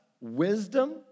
wisdom